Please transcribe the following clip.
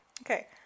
okay